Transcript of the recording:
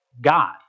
God